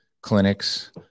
clinics